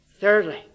Thirdly